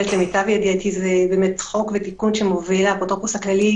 למטב ידיעתי זה חוק ותיקון שמוביל האפוטרופוס הכללי.